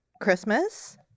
christmas